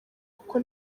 kuko